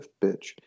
bitch